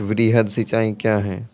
वृहद सिंचाई कया हैं?